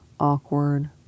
awkward